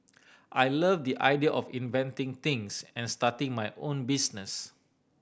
I love the idea of inventing things and starting my own business